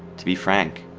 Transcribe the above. to be frank,